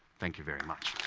thank you very much.